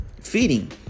feeding